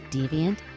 Deviant